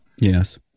Yes